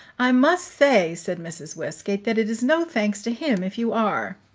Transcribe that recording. i must say, said mrs. westgate, that it is no thanks to him if you are.